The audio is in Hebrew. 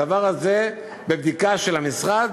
הדבר הזה בבדיקה של המשרד,